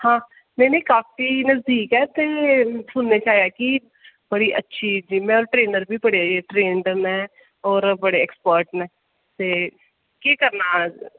ना ना काफी नजदीक ऐ ते सुनेआ की बड़ी अच्छी जिम ऐ ते ट्रेनर बी बड़े ट्रेन्ड और बड़े एक्स्पर्ट न ते केह् करना